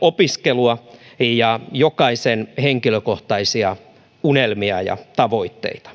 opiskelua ja jokaisen henkilökohtaisia unelmia ja tavoitteita